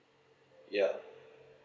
ya